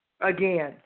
Again